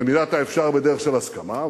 במידת האפשר, בדרך של הסכמה.